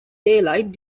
daylight